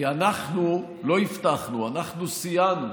כי אנחנו לא הבטחנו, אנחנו סייענו.